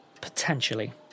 potentially